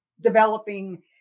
developing